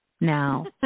Now